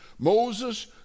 Moses